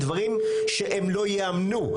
זה דברים שהם לא יאמנו.